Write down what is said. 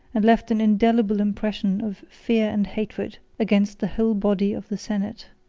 and left an indelible impression of fear and hatred against the whole body of the senate.